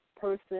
person